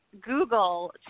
Google